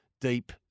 deep